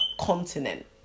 continent